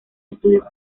estudios